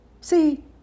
See